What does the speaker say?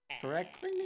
Correct